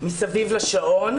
מסביב לשעון.